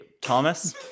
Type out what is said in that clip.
Thomas